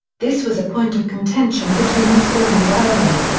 this was a point of contention between osbourne and iommi.